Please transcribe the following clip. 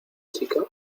chica